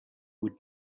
would